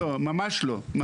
לא, ממש לא.